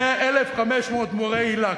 1,500 מורי היל"ה,